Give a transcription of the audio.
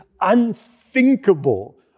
unthinkable